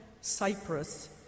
Cyprus